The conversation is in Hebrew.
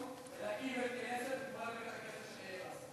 ולהקים בית-כנסת על בית-הכנסת שנהרס,